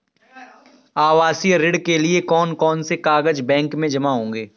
आवासीय ऋण के लिए कौन कौन से कागज बैंक में जमा होंगे?